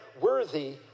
worthy